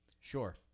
Sure